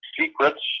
secrets